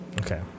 Okay